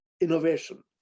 innovation